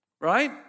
right